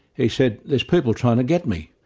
he said, there's people trying to get me.